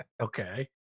Okay